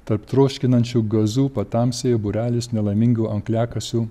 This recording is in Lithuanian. tarp troškinančių gazų patamsyje būrelis nelaimingų angliakasių